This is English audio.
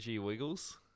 Wiggles